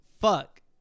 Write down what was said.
fuck